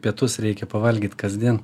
pietus reikia pavalgyt kasdien